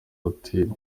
hoteli